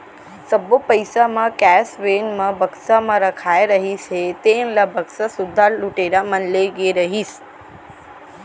सब्बो पइसा म कैस वेन म बक्सा म रखाए रहिस हे तेन ल बक्सा सुद्धा लुटेरा मन ले गे रहिस